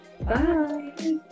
Bye